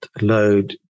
load